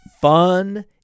fun